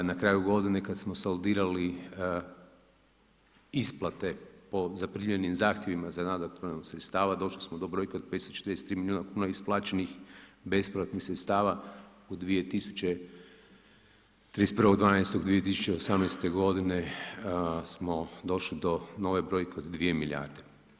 Na kraju godine kad smo soldirali isplate po zaprimljenim zahtjevima za nadopunu sredstava došli smo do brojke od 543 milijuna kuna isplaćenih bespovratnih sredstava 31.12.2018. godine smo došli do nove brojke od 2 milijarde.